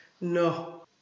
No